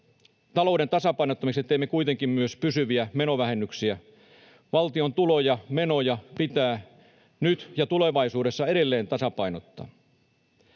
Talouden tasapainottamiseksi teemme kuitenkin myös pysyviä menovähennyksiä. Valtion tuloja ja menoja pitää nyt ja tulevaisuudessa edelleen tasapainottaa.